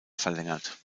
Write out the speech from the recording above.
verlängert